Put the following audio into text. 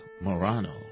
Morano